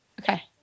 Okay